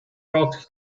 rocks